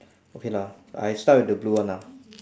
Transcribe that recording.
okay lah I start with the blue one lah